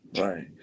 Right